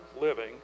living